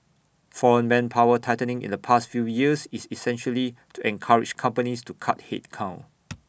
foreign manpower tightening in the past few years is essentially to encourage companies to cut headcount